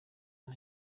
nta